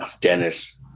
dennis